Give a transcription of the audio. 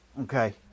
Okay